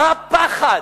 מה הפחד?